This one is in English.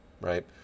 right